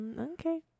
Okay